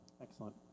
Excellent